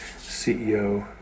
CEO